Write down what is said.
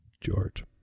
George